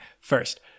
First